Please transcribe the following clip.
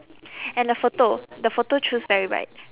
and the photo the photo choose very right